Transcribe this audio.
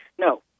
No